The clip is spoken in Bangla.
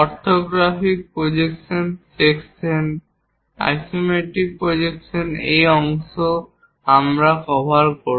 orthographic projection section isometric projection এই অংশে আমরা কভার করব